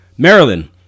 Maryland